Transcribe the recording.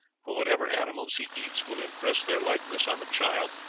for what ever animals he eats will impress their likeness on the child,